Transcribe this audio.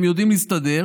הם יודעים להסתדר,